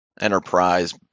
enterprise